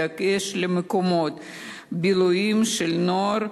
בדגש על מקומות בילויים של בני-נוער,